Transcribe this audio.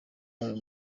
ayo